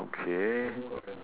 okay